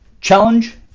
challenge